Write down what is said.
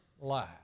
lie